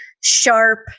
sharp